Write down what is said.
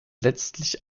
letztlich